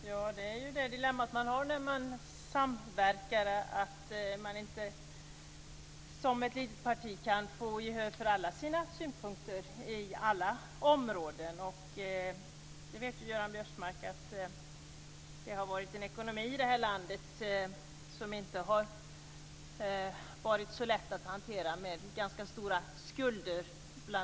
Fru talman! Det är ju det dilemmat som man har när man samverkar. Som ett litet parti kan man inte få gehör för alla sina synpunkter på alla områden. Karl Göran Biörsmark vet ju att ekonomin i det här landet inte har varit så lätt att hantera med bl.a. ganska stora skulder.